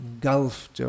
Gulf